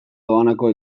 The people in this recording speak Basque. doaneko